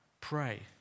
pray